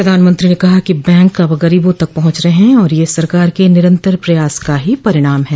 प्रधानमंत्री ने कहा कि बैंक अब गरीबों तक पहुंच रहे हैं और यह सरकार के निरंतर प्रयास का ही परिणाम है